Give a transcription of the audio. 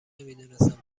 نمیدونستم